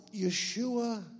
Yeshua